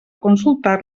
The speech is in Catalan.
consultar